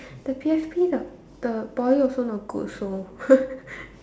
the P_F_P lah the Poly also not good also